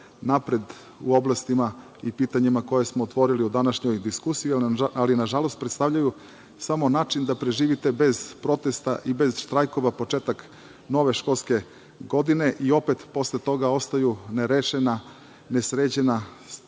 napred u oblastima i pitanjima koja smo otvorili u današnjoj diskusiji, ali nažalost predstavljaju samo način da preživite bez protesta i bez štrajkova, početak nove školske godine i opet posle toga ostaju nerešena, nesređena